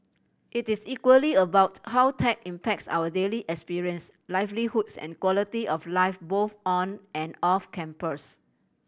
it is equally about how tech impacts our daily experience livelihoods and quality of life both on and off campus